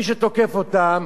מי שתוקף אותם,